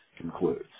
concludes